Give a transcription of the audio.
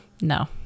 No